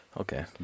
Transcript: Okay